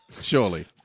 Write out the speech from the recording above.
Surely